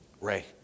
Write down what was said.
Ray